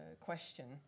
question